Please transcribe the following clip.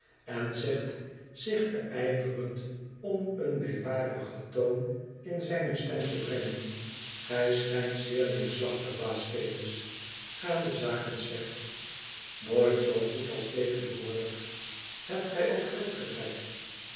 en zegt zich beijverend om een meewarigen toon in zijne stem te brengen gij schijnt zeer neerslachtig baas venus gaan de zaken slecht nooit zoo goed als tegenwoordig hebt gij ook geld gebrek